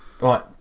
right